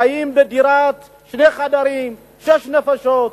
שש נפשות,